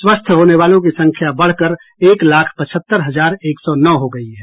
स्वस्थ होने वालों की संख्या बढ़कर एक लाख पचहत्तर हजार एक सौ नौ हो गयी है